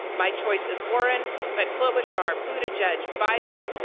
my choice is warren. but klobuchar booed a judge. biden,